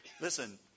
Listen